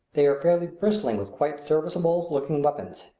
they are fairly bristling with quite serviceable looking weapons,